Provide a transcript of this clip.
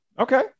Okay